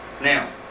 Now